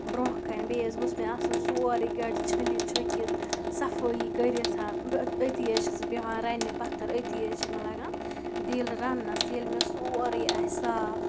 برٛونٛہہ کَنہِ بیٚیہِ حظ گوٚژھ مےٚ آسُن سورُے گرِ چھٔلِتھ چھُکِتھ صفٲیی کٔرِتھ أتی حظ چھَس بہٕ بیٚہوان رَنٛنہِ پَتھر أتی حظ چھِ مےٚ لَگان دِل رَنٛنَس ییٚلہِ مےٚ سورُے آسہِ صاف